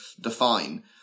define